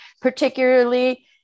particularly